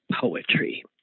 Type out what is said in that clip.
poetry